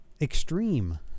Extreme